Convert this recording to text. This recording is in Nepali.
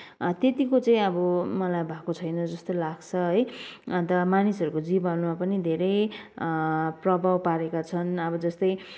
त्यतिको चाहिँ अब मलाई भएको छैन जस्तो लाग्छ है अन्त मानिसहरूको जीवनमा पनि धेरै प्रभाव पारेका छन् अब जस्तै